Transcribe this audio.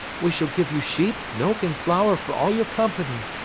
we shall give you sheep, milk and flour for all your company.